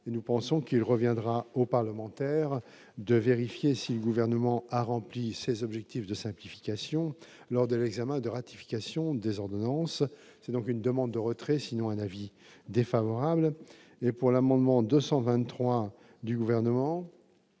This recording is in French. nous pensons qu'il reviendra aux parlementaires de vérifier si le gouvernement a rempli ses objectifs de simplification lors de l'examen de ratification des ordonnances, c'est donc une demande de retrait sinon un avis défavorable, mais pour l'amendement 223 du gouvernement,